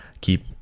keep